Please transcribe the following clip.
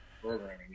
Programming